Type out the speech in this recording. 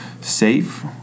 safe